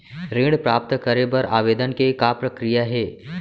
ऋण प्राप्त करे बर आवेदन के का प्रक्रिया हे?